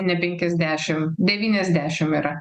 ne penkiasdešim devyniasdešim yra